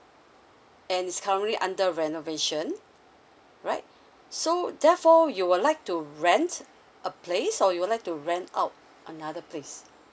and is currently under renovation right so therefore you would like to rent a place or you would like to rent out another place